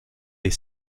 des